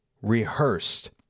rehearsed